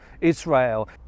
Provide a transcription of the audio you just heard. Israel